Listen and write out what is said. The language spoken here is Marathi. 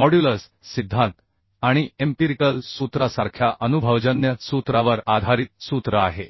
मॉड्युलस सिद्धांत आणि एम्पीरिकल सूत्रासारख्या अनुभवजन्य सूत्रावर आधारित सूत्र आहे